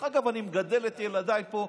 אני מגדל את ילדיי פה,